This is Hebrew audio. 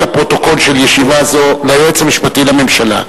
הפרוטוקול של ישיבה זו ליועץ המשפטי לממשלה,